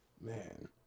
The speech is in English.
Man